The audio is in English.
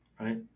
right